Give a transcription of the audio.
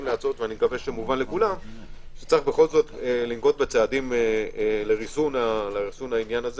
ואני מקווה שמובן לכולם שצריך בכל זאת לנקוט בצעדים לריסון העניין.